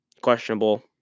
questionable